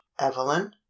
evelyn